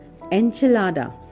enchilada